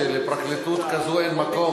שלפרקליטות כזאת אין מקום.